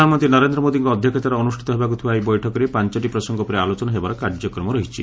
ପ୍ରଧାନମନ୍ତୀ ନରେନ୍ଦ ମୋଦୀଙ୍କ ଅଧ୍ଧକ୍ଷତାରେ ଅନୁଷିତ ହେବାକୁ ଥିବା ଏହି ବୈଠକରେ ପାଞ୍ଚଟି ପ୍ରସଙ୍ଙ ଉପରେ ଆଲୋଚନା ହେବାର କାର୍ଯ୍ୟକ୍ରମ ରହିଛି